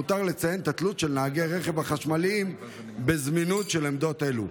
למותר לציין את התלות של נהגי הרכב החשמליים בזמינות של עמדות אלה.